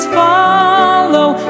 follow